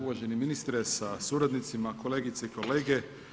Uvaženi ministre sa suradnicima, kolegice i kolege.